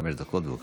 חמש דקות, בבקשה.